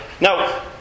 Now